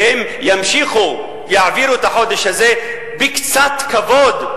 שהם ימשיכו ויעבירו את החודש הזה בקצת כבוד,